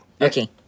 Okay